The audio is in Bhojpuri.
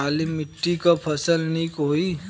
काली मिट्टी क फसल नीक होई?